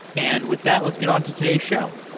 and with that, let's get on to today's show